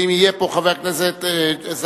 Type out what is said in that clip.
ואם יהיה פה חבר הכנסת זחאלקה,